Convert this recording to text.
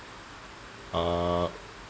uh